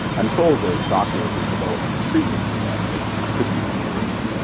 i'm told that doctors are developing a treatment for that, but it it could be incurable.